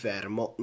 Fermo